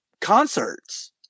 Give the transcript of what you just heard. concerts